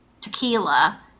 tequila